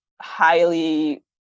highly